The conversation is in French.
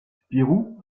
spirou